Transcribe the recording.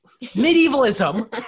medievalism